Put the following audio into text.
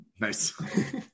Nice